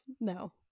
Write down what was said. No